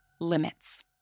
Limits